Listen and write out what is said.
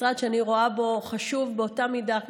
משרד שאני רואה בו חשיבות באותה מידה של